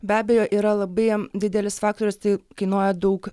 be abejo yra labai didelis faktorius tai kainuoja daug